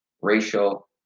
racial